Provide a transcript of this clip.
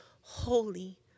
holy